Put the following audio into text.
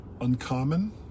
uncommon